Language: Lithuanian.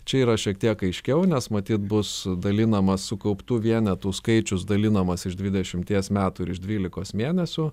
čia yra šiek tiek aiškiau nes matyt bus dalinamas sukauptų vienetų skaičius dalinamas iš dvidešimties metų ir iš dvylikos mėnesių